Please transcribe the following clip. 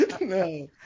No